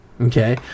Okay